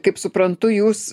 kaip suprantu jūs